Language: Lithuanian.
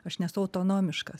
aš nesu autonomiškas